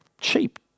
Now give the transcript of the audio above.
cheap